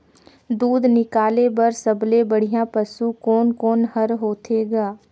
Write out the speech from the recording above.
दूध निकाले बर सबले बढ़िया पशु कोन कोन हर होथे ग?